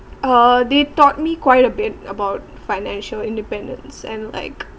uh they taught me quite a bit about financial independence and like